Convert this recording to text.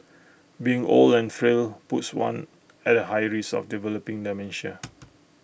being old and frail puts one at A high risk of developing dementia